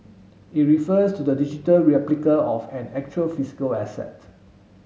it refers to the digital replica of an actual physical asset